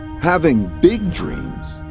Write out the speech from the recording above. having big dreams,